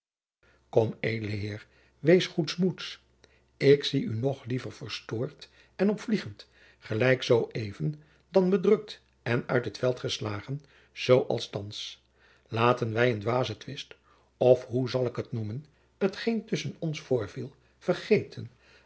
edele heer wees goedsmoeds ik zie u nog liever verstoord en opvliegend gelijk zoo even dan bedrukt en uit het veld geslagen zoo als thands laten wij een dwazen twist of hoe zal ik het noemen t geen tusschen ons voorviel vergeten